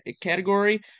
category